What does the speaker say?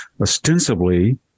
ostensibly